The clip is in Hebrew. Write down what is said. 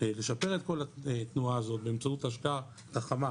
לשפר את כל התנועה הזאת באמצעות השקעה חכמה